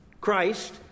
Christ